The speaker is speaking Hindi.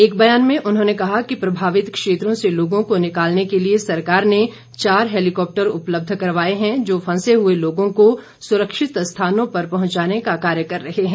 एक ब्यान में उन्होंने कहा कि प्रभावित क्षेत्रों से लोगों को निकालने के लिए सरकार ने चार हेलिकॉप्टर उपलब्ध करवाए हैं जो फंसे हुए लोगों को सुरक्षित स्थानों पर पहंचाने का कार्य कर रहे हैं